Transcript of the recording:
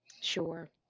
Sure